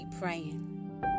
praying